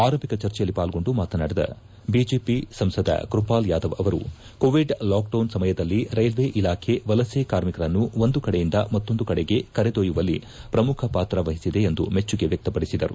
ಆರಂಭಿಕ ಚರ್ಚೆಯಲ್ಲಿ ಪಾಲ್ಗೊಂಡು ಮಾತನಾಡಿದ ಬಿಜೆಪಿ ಸಂಸದ ಕೈಪಾಲ್ ಯಾದವ್ ಅವರು ಕೋವಿಡ್ ಲಾಕ್ ಡೌನ್ ಸಮಯದಲ್ಲಿ ರೈಲ್ವೆ ಇಲಾಖೆ ವಲಸೆ ಕಾರ್ಮಿಕರನ್ನು ಒಂದು ಕಡೆಯಿಂದ ಮತ್ತೊಂದು ಕಡೆಗೆ ಕರೆದೊಯ್ದುವಲ್ಲಿ ಪ್ರಮುಖ ಪಾತ್ರವಹಿಸಿದೆ ಎಂದು ಮೆಚ್ಚುಗೆ ವ್ಯಕ್ತಪಡಿಸಿದರು